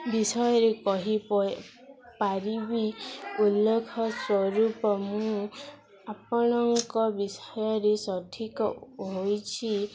ବିଷୟରେ କହି ପ ପାରିବି ଉଲ୍ଲେଖ ସ୍ୱରୂପ ମୁଁ ଆପଣଙ୍କ ବିଷୟରେ ସଠିକ୍ ହୋଇଛି